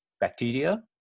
bacteria